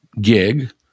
gig